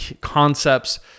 concepts